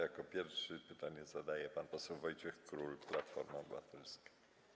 Jako pierwszy pytanie zadaje pan poseł Wojciech Król, Platforma Obywatelska.